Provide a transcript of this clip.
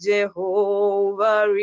Jehovah